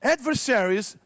Adversaries